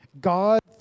God